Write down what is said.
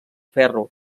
ferro